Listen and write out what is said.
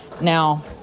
Now